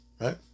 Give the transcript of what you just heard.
Right